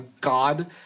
God